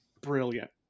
Brilliant